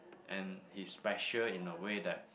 and he's special in a way that